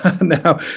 now